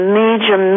major